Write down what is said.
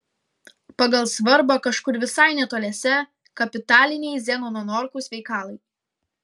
pagal svarbą kažkur visai netoliese kapitaliniai zenono norkaus veikalai